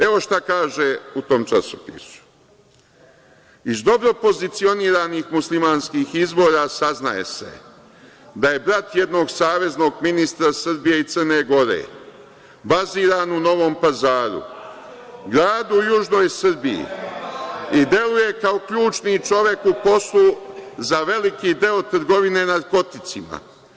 Evo šta kaže u tom časopisu – iz dobro pozicioniranih muslimanskih izvora saznaje se da je brat jednog saveznog ministra Srbije i Crne Gore, baziran u Novom Pazaru, grad u južnoj Srbiji i deluje kao ključni čovek u poslu za veliki deo trgovine narkoticima.